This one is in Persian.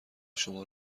شما